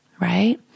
right